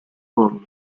vol